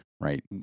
right